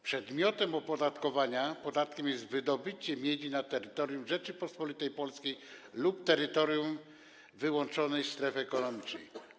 Przedmiotem opodatkowania podatkiem jest wydobycie miedzi na terytorium Rzeczypospolitej Polskiej lub terytorium wyłącznej strefy ekonomicznej.